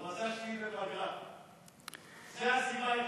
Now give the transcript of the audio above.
הוא רצה שתהיי בפגרה, זה הסיבה היחידה.